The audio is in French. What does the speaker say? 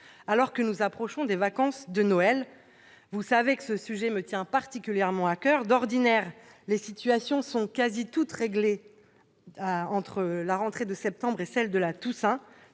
alors que nous approchons des vacances de Noël. Vous savez que ce sujet me tient particulièrement à coeur. D'ordinaire, les situations sont pratiquement toutes réglées entre la rentrée de septembre et celle de la Toussaint.